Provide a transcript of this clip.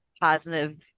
positive